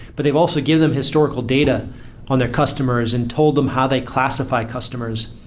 but they've also give them historical data on their customers and told them how they classify customers.